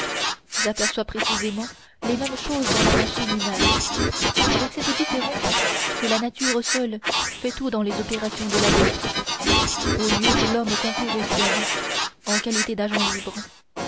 j'aperçois précisément les mêmes choses dans la machine humaine avec cette différence que la nature seule fait tout dans les opérations de la bête au lieu que l'homme concourt aux siennes en qualité d'agent libre